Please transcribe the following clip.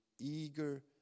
eager